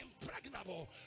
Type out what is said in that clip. impregnable